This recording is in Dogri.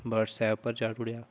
व्हाट्सऐप पर चाड़ूडेआ